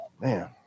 Man